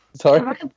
Sorry